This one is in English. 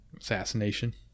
assassination